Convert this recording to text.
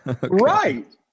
Right